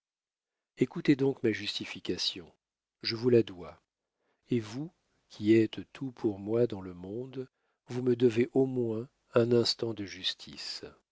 écoutez donc ma justification je vous la dois et vous qui êtes tout pour moi dans le monde vous me devez au moins un instant de justice